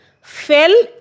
fell